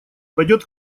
пойдет